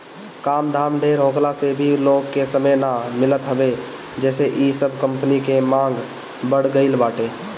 काम धाम ढेर होखला से भी लोग के समय ना मिलत हवे जेसे इ सब कंपनी के मांग बढ़ गईल बाटे